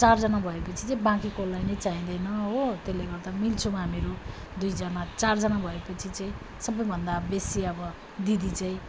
चारजना भए पछि चाहिँ बाँकी कसलाई नै चाहिँदैन हो त्यसले गर्दा मिल्छौँ हामीहरू दुइजना चारजना भए पछि चाहिँ सबैभन्दा बेसी अब दिदी चाहिँ